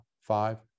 five